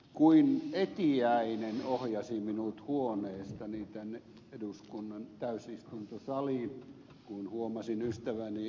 kuin etiäinen ohjasi minut huoneestani tänne eduskunnan täysistuntosaliin se kun huomasin ystäväni ed